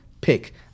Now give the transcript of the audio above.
pick